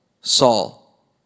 Saul